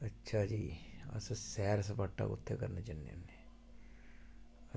अच्छा जी अस सैर सपाटा बी उत्थै करने गी जन्ने होन्ने